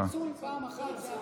מצביעים פעם אחת, זה הכול.